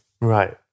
Right